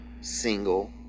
single